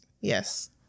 Yes